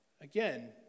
Again